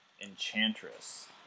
enchantress